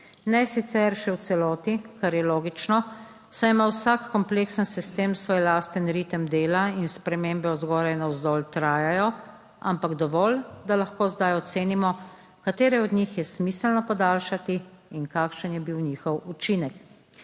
Ne sicer še v celoti, kar je logično, saj ima vsak kompleksen sistem svoj lasten ritem dela in spremembe od zgoraj navzdol trajajo, ampak dovolj, da lahko zdaj ocenimo, katere od njih je smiselno podaljšati in kakšen je bil njihov učinek.